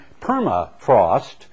permafrost